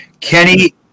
Kenny